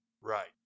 Right